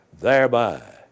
thereby